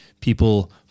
people